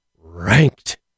RANKED